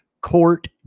court